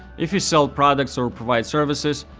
if you sell products or provide services,